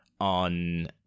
on